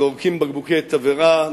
זורקים בקבוקי תבערה,